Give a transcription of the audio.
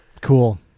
Cool